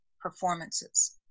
performances